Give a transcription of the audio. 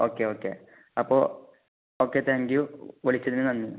okay okay അപ്പോൾ okay thank you വിളിച്ചതിന് നന്ദി